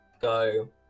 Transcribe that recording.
go